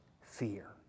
fear